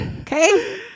Okay